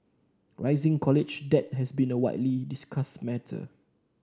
rising college debt has been a widely discussed matter